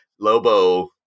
Lobo